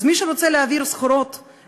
אז מי שרוצה להעביר סחורות,